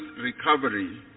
recovery